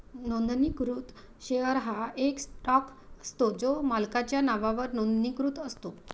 नोंदणीकृत शेअर हा एक स्टॉक असतो जो मालकाच्या नावावर नोंदणीकृत असतो